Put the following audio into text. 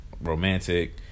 romantic